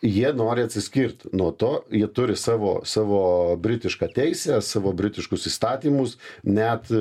jie nori atsiskirt nuo to jie turi savo savo britišką teisę savo britiškus įstatymus net